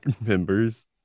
members